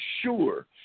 sure